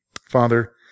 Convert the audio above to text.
Father